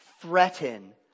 threaten